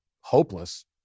hopeless